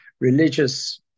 religious